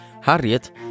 Harriet